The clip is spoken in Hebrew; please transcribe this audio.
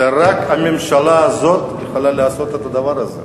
רק הממשלה הזאת יכולה לעשות את הדבר הזה.